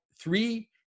three